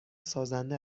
سازنده